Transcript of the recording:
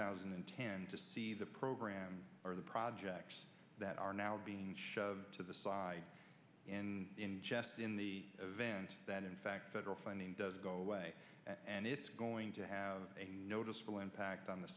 thousand and ten to see the program or the projects that are now being shoved to the side in jest in the event that in fact federal funding does go away and it's going to have a noticeable impact